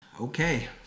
Okay